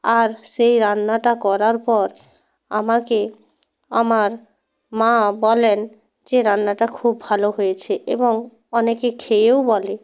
আর সেই রান্নাটা করার পর আমাকে আমার মা বলেন যে রান্নাটা খুব ভালো হয়েছে এবং অনেকে খেয়েও বলে